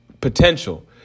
potential